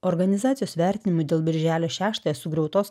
organizacijos vertinimu dėl birželio šeštąją sugriautos